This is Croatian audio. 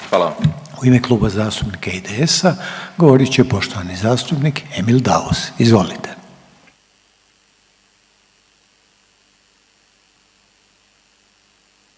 (HDZ)** U ime Kluba zastupnika IDS-a govorit će poštovani zastupnik Emil Daus. Izvolite.